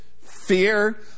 fear